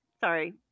Sorry